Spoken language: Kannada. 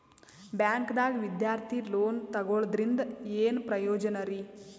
ಬ್ಯಾಂಕ್ದಾಗ ವಿದ್ಯಾರ್ಥಿ ಲೋನ್ ತೊಗೊಳದ್ರಿಂದ ಏನ್ ಪ್ರಯೋಜನ ರಿ?